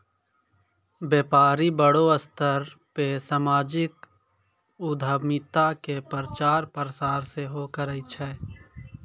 व्यपारी बड़ो स्तर पे समाजिक उद्यमिता के प्रचार प्रसार सेहो करै छै